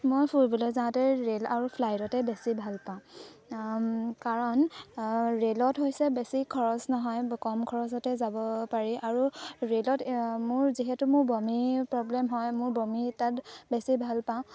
মই ফুৰিবলৈ যাওঁতে ৰে'ল আৰু ফ্লাইটতে বেছি ভাল পাওঁ কাৰণ ৰে'লত হৈছে বেছি খৰচ নহয় কম খৰচতে যাব পাৰি আৰু ৰে'লত মোৰ যিহেতু মোৰ বমি প্ৰব্লেম হয় মোৰ বমি তাত বেছি ভাল পাওঁ